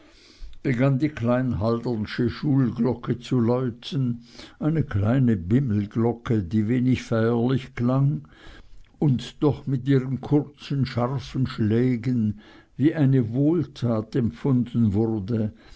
begann die klein haldernsche schulglocke zu läuten eine kleine bimmelglocke die wenig feierlich klang und doch mit ihren kurzen scharfen schlägen wie eine wohltat empfunden wurde